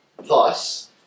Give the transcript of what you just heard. Thus